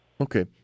Okay